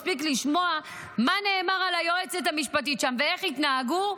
מספיק לשמוע מה נאמר על היועצת המשפטית שם ואיך התנהגו.